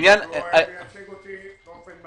אם תגידו לי לבטל דברים